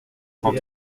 cent